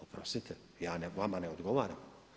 Oprostite, ja vama ne odgovaram.